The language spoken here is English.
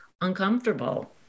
uncomfortable